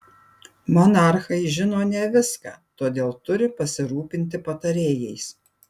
monarchai žino ne viską todėl turi pasirūpinti patarėjais